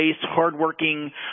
hardworking